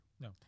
No